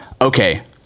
okay